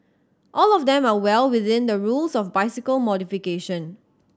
all of them are well within the rules of bicycle modification